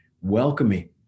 welcoming